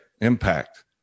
impact